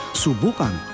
subukan